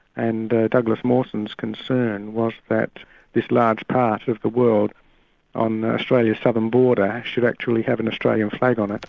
and douglas mawson's concern was that this large part of the world on australia's southern border should actually have an australian flag on it.